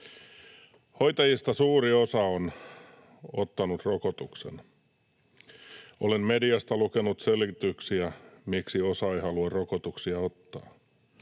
Hoitajista suuri osa on ottanut rokotuksen. Olen mediasta lukenut selityksiä, miksi osa ei halua rokotuksia ottaa.